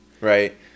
Right